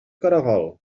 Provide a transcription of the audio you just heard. caragol